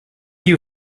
you